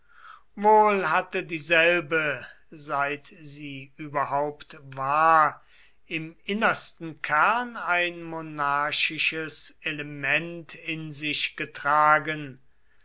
wohl hatte dieselbe seit sie überhaupt war im innersten kern ein monarchisches element in sich getragen